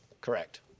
Correct